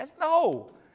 No